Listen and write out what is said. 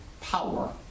power